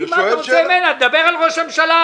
דבר על ראש הממשלה,